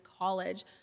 college